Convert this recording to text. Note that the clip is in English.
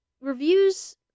reviews